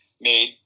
made